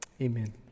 amen